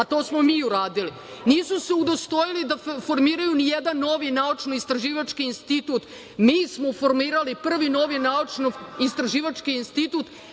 a to smo mi uradili. Nisu se udostojili da formiraju nijedan novi naučno-istraživački institut. Mi smo formirali prvi novi naučno-istraživački institut